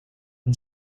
and